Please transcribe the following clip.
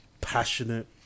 Passionate